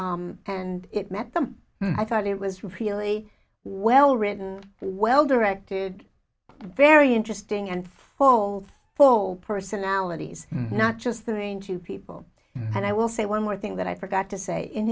and it met them and i thought it was really well written well directed very interesting and full flow personalities not just the range of people and i will say one more thing that i forgot to say in